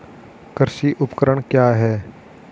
कृषि उपकरण क्या है?